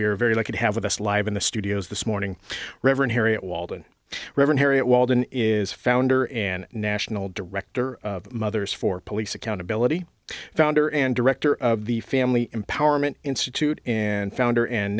are very lucky to have with us live in the studios this morning reverend harriet walden reverend harriet walden is founder and national director of mothers for police accountability founder and director of the family empowerment institute and founder and